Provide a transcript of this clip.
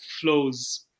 flows